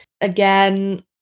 Again